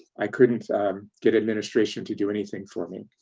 i couldn't get administration to do anything for me.